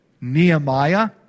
Nehemiah